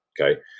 okay